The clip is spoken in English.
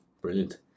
Brilliant